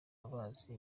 bazi